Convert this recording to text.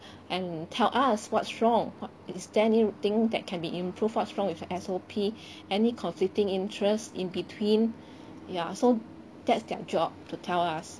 and tell us what's wrong what is there any thing that can be improved what's wrong with the S_O_P any conflicting interests in between ya so that's their job to tell us